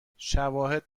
شواهد